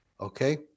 Okay